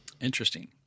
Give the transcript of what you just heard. Interesting